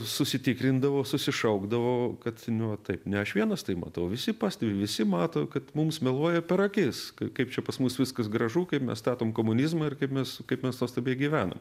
susitikrindavo susišaukdavo kad niu vat taip ne aš vienas tai matau visi pastebi visi mato kad mums meluoja per akis kaip čia pas mus viskas gražu kaip mes statom komunizmą ir kaip mes kaip mes nuostabiai gyvenam